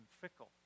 fickle